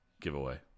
giveaway